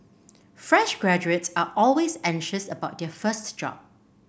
fresh graduates are always anxious about their first job